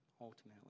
Ultimately